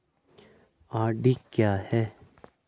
RD क्या है?